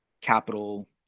capital